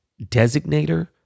designator